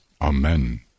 Amen